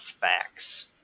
facts